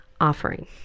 offering